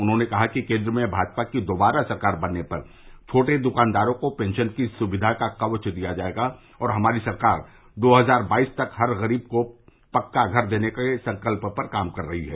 उन्होंने कहा कि केन्द्र में भाजपा की दोबारा सरकार बनने पर छोटे द्कानदारों को पेंशन की सुक्धि का केवच दिया जायेगा और हमारी सरकार दो हजार बाईस तक हर गरीब को पक्का घर देने के संकल्य पर काम कर रही है